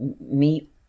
meet